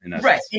right